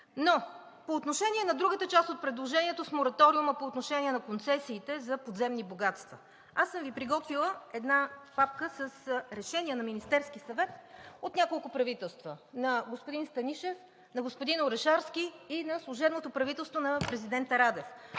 Но по отношение на другата част от предложението с мораториума по отношение на концесиите за подземни богатства. Аз съм Ви приготвила една папка с решения на Министерския съвет (показва папка с документи) от няколко правителства – на господин Станишев, на господин Орешарски и на Служебното правителство на президента Радев.